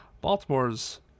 Baltimore's